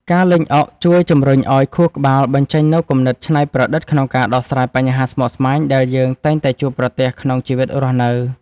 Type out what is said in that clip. ការលេងអុកជួយជម្រុញឱ្យខួរក្បាលបញ្ចេញនូវគំនិតច្នៃប្រឌិតក្នុងការដោះស្រាយបញ្ហាស្មុគស្មាញដែលយើងតែងតែជួបប្រទះក្នុងជីវិតរស់នៅ។